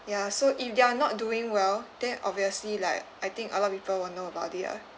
ya so if they're not doing well then obviously like I think a lot of people will know about it lah